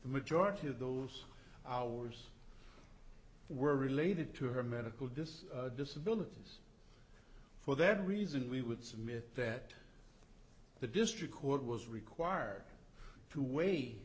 the majority of those hours were related to her medical just disability for that reason we would submit that the district court was required t